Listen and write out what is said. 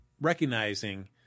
recognizing